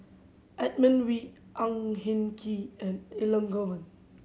Edmund Wee Ang Hin Kee and Elangovan